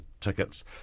tickets